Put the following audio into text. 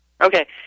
Okay